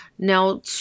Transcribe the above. Now